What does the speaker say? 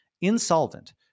insolvent